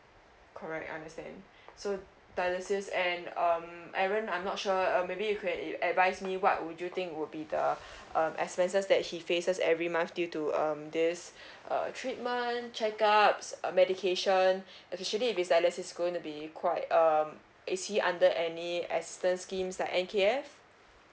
correct understand so dialysis and um aaron I'm not sure uh maybe you can advise me what would you think would be the uh expenses that he faces every month due to um this uh treatment check up medication especially be dialysis going to be quite um is he under any assistance schemes like N_K_F